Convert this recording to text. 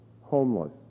homeless